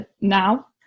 now